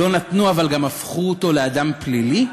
לא נתנו, אבל גם הפכו אותו לאדם פלילי,